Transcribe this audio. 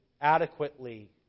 adequately